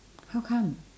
how come